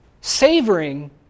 savoring